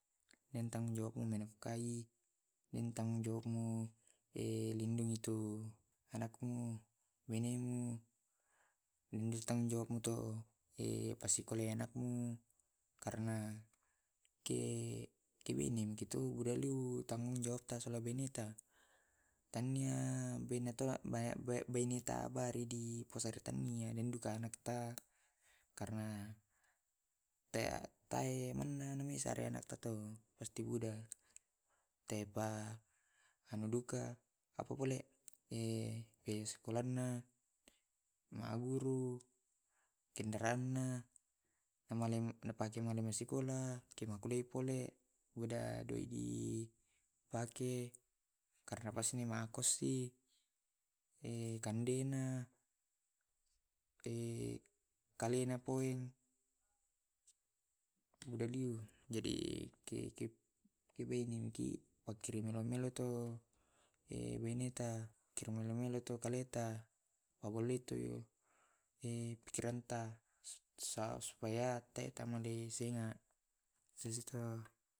Dengtang jomu nafkahi, dengtang jokmu lindungi tu anakmu, benemu. Dengtang tanggung jawab mu tu pasikolai anakmu karena ke benem ito budaeloi tanggungjawab tasola beneta. Tania beneta baridi deng duka anakta. Karena tae mana pasti buda tepa anu duka apa boleh biaya sekolahnya maguru kendaraana napale pake masikolah kemokuliahki pole mudah doi dipake karena pasti ma kosi, kandena kalena poeng budaliyu jadi keke bene maki akirimmi millau-millau tu beneta kirimmi meleto-leto kaleta pabollai tu pikiranta supaya tei ta malesenga sisitu.